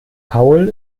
paul